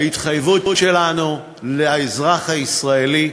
ההתחייבות שלנו לאזרח הישראלי: